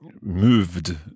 Moved